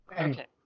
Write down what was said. Okay